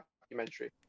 documentary